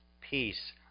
Peace